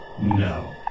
No